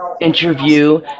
interview